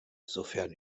sofern